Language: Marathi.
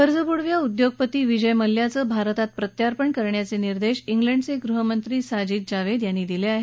कर्जबुडव्या उद्योगपती विजय मल्ल्याचं भारतात प्रत्यार्पण करण्याचे निर्देश क्निंडचे गृहमंत्री साजिद जावेद यांनी दिले आहेत